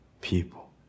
people